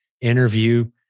interview